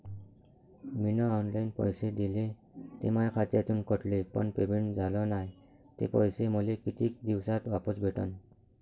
मीन online पैसे दिले, ते माया खात्यातून कटले, पण पेमेंट झाल नायं, ते पैसे मले कितीक दिवसात वापस भेटन?